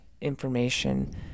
information